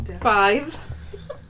Five